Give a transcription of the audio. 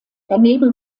daneben